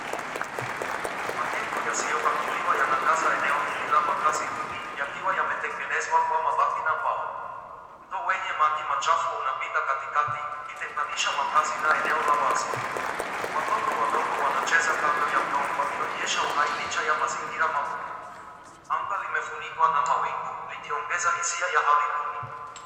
Majengo yasiyopangiliwa yanajaza eneo hili la makazi duni, yakiwa yametengenezwa kwa mabati na mbao. Mto wenye maji machafu unapita katikati, ukitenganisha makazi na eneo la wazi. Watoto wadogo wanacheza kando ya mto, wakionyesha uhai licha ya mazingira magumu. Anga limefunikwa na mawingu, likiongeza hisia ya hali duni.